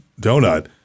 donut